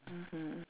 mmhmm